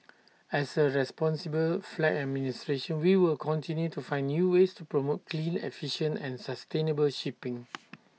as A responsible flag administration we will continue to find new ways to promote clean efficient and sustainable shipping